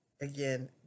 again